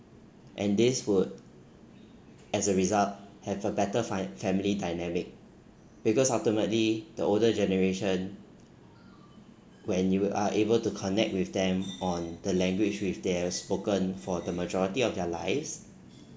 and this would as a result have a better fir~ family dynamic because ultimately the older generation when you are able to connect with them on the language which they've spoken for the majority of their lives